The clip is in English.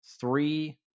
three